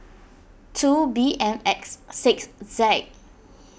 two B M X six Z